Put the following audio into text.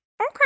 Okay